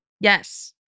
Yes